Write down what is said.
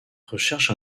recherche